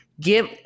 give